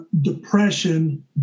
depression